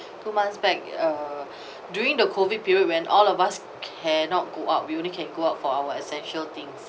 two months back uh during the COVID period when all of us cannot go out we only can go out for our essential things